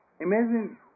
imagine